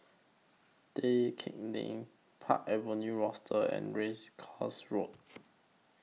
Tai Keng Lane Park Avenue Rochester and Race Course Road